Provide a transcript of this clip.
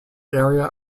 area